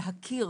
להכיר